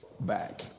back